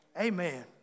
Amen